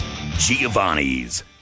Giovanni's